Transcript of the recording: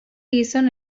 gizon